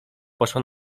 poszła